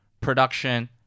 production